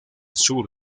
sur